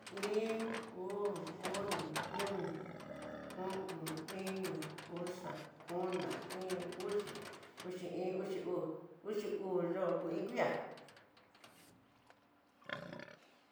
Iin, uu, oni, kom, o'on, iño, uxa, ona, íín, uxi, uxi iin, uxi uu, uxi uu yo'ó kui kuiá.